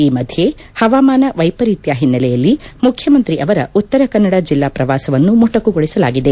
ಈ ಮಧ್ಯ ಹವಾಮಾನ ವೈಫರೀತ್ಯ ಹಿನ್ನೆಲೆಯಲ್ಲಿ ಮುಖ್ಯಮಂತ್ರಿ ಅವರ ಉತ್ತರ ಕನ್ನಡ ಜೆಲ್ಲಾ ಪ್ರವಾಸವನ್ನು ಮೊಟಕುಗೊಳಿಸಲಾಗಿದೆ